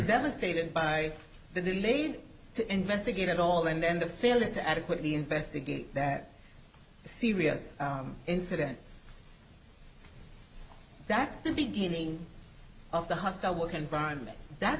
devastated by the delayed to investigate it all and then the failure to adequately investigate that serious incident that's the beginning of the hostile work environment that's